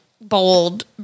bold